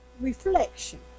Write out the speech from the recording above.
reflection